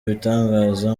ibitangaza